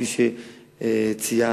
כפי שציינת.